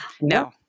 No